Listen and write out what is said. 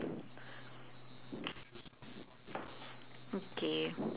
okay